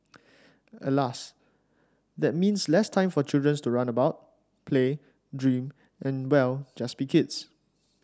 Alas that means less time for children to run about play dream and well just be kids